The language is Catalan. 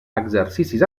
exercicis